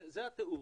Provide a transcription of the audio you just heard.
זה התיאור.